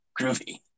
Groovy